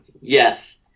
Yes